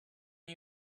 you